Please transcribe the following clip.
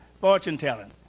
fortune-telling